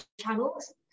channels